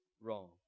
wrong